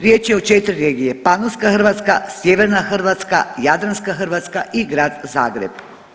Riječ je o 4 regije, Panonska Hrvatska, Sjeverna Hrvatska, Jadranska Hrvatska i Grad Zagreb.